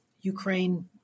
Ukraine